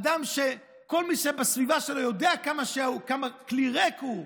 אדם שכל מי שבסביבה שלו יודע כמה כלי ריק הוא,